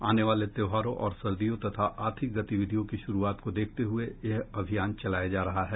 आने वाले त्योहारों और सर्दियों तथा आर्थिक गतिविधियों की शुरुआत को देखते हुए यह अभियान चलाया जा रहा है